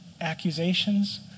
accusations